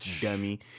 dummy